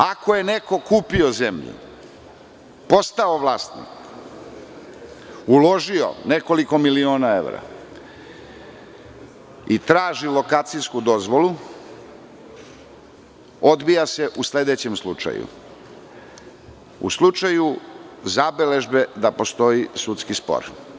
Ako je neko kupio zemlju, postao vlasnik, uložio nekoliko miliona evra i traži lokacijsku dozvolu, odvija se u sledećem slučaju, u slučaju zabeležbe da postoji sudski spor.